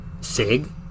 Sig